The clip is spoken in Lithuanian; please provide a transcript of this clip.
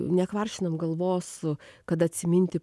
nekvaršinam galvos kad atsiminti